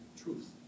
truth